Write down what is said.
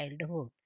childhood